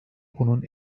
bunun